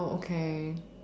oh okay